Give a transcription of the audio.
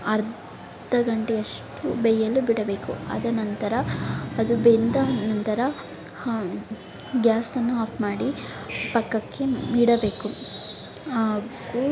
ಅರ್ಧ ಗಂಟೆಯಷ್ಟು ಬೇಯಲು ಬಿಡಬೇಕು ಅದನಂತರ ಅದು ಬೆಂದ ನಂತರ ಗ್ಯಾಸನ್ನು ಆಫ್ ಮಾಡಿ ಪಕ್ಕಕ್ಕೆಇಡಬೇಕು ಹಾಗೂ